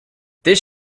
this